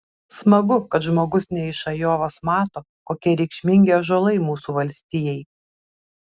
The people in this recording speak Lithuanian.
smagu kad žmogus ne iš ajovos mato kokie reikšmingi ąžuolai mūsų valstijai